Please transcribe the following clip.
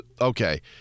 okay